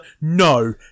no